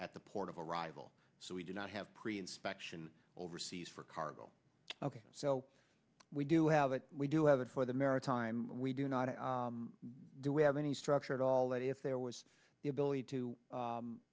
at the port of arrival so we do not have presents faction overseas for cargo ok so we do have it we do have it for the maritime we do not do we have any structure at all that if there was the ability to